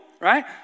right